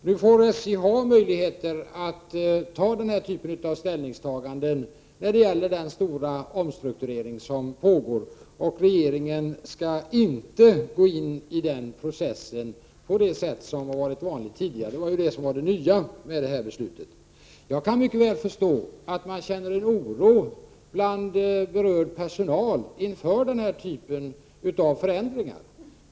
Nu har SJ möjlighet att göra ställningstaganden som gäller den stora omstrukturering som pågår, och regeringen skall inte gå in i den processen på det sätt som varit vanligt tidigare. Det var ju det nya med beslutet. Jag kan mycket väl förstå att berörd personal känner oro inför den här sortens förändringar.